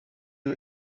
you